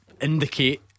indicate